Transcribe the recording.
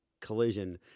collision